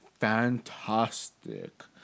Fantastic